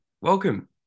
welcome